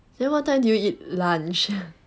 then what time did you eat lunch